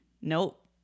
nope